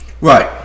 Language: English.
right